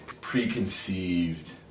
preconceived